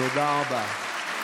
תודה רבה.